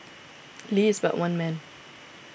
Lee is but one man